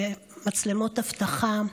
מצלמות אבטחה.